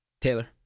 Taylor